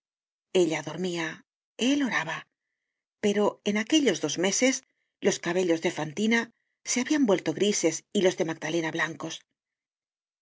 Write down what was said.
ella dormia él oraba pero en aquellos dos meses los cabellos de fantina se habian vuelto grises y los de magdalena blancos